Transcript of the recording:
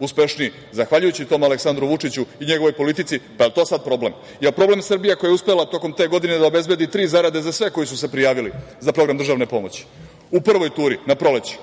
uspešniji zahvaljujući tom Aleksandru Vučiću i njegovoj politici. Da li je to sada problem? Da li je problem Srbija koja je uspela tokom te godine da obezbedi tri zarade za sve koji su se prijavili za program državne pomoći u prvoj turi na proleće,